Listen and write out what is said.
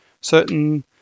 certain